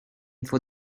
for